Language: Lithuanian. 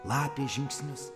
lapės žingsnius